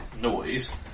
noise